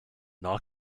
not